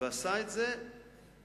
ועשה את זה תוך